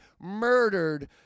murdered